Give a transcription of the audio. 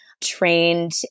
trained